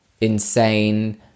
insane